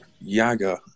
Yaga